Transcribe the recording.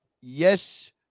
Yes